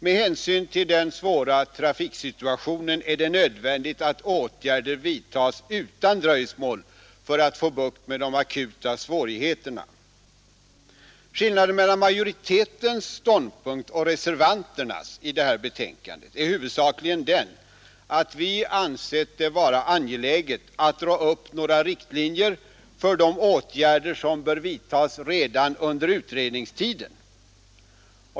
Med hänsyn till den svåra trafiksituationen är det nödvändigt att åtgärder vidtas utan dröjsmål för att få bukt med de akuta svårigheterna. Skillnaden mellan majoritetens ståndpunkt och reservanternas är huvudsakligen den att vi ansett det angeläget att dra upp riktlinjer för de åtgärder som bör vidtas redan under utredningstiden.